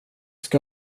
ska